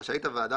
רשאית הוועדה,